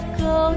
go